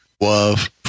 Love